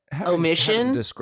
omission